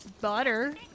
butter